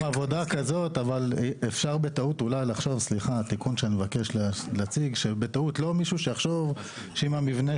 אבל התיקון שאני מבקש להציג זה שלא בטעות מישהו יחשוב שאם המבנה